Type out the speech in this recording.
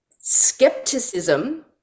Skepticism